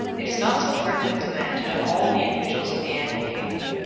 it is not so pertinent to man to know all the individuals of the animal kingdom,